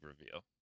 reveal